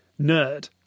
nerd